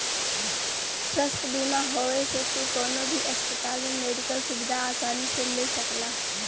स्वास्थ्य बीमा होये से तू कउनो भी अस्पताल में मेडिकल सुविधा आसानी से ले सकला